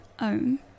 own